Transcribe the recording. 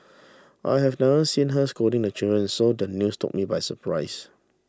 I have never seen her scolding the children so does the news took me by surprise